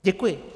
Děkuji.